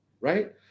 right